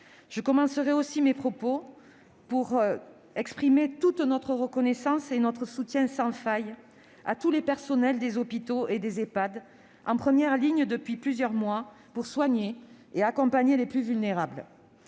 Je tiens aussi à exprimer notre reconnaissance et notre soutien sans faille à tous les personnels des hôpitaux et des Ehpad, en première ligne depuis plusieurs mois pour soigner et accompagner les plus vulnérables.